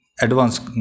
advanced